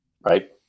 Right